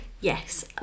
Yes